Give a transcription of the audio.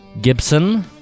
Gibson